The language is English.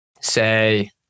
say